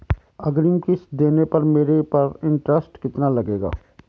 अग्रिम किश्त देने पर मेरे पर इंट्रेस्ट कितना लगेगा?